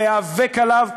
ואיאבק עליו,